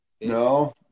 no